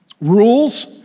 rules